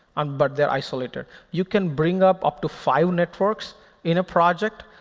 and but they're isolated. you can bring up up to five networks in a project.